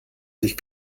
sich